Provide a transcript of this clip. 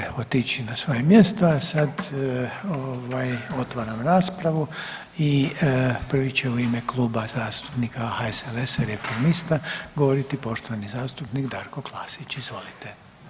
Možete otići na svoje mjesto, a sad ovaj otvaram raspravu i prvi će u ime Kluba zastupnika HSLS-a i Reformista govoriti poštovani zastupnik Darko Klasić, izvolite.